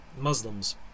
Muslims